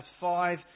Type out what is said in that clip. five